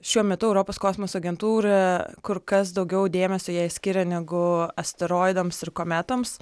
šiuo metu europos kosmoso agentūra kur kas daugiau dėmesio jai skiria negu asteroidams ir kometoms